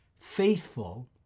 faithful